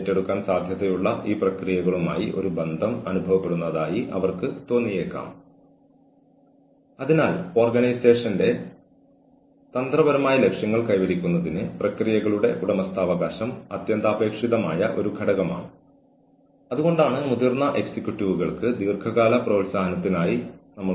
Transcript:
നിങ്ങൾ ആ സാഹചര്യത്തെ ശരിയായി കൈകാര്യം ചെയ്താൽ ആ സാഹചര്യത്തെ നിങ്ങൾ യുക്തിസഹമായി കൈകാര്യം ചെയ്താൽ ആരെയും ശാസിക്കേണ്ടതിന്റെ ആവശ്യകത ഇല്ലാതാക്കാം